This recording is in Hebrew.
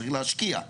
צריך להשקיע.